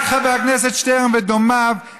רק חבר הכנסת שטרן ודומיו,